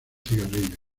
cigarrillos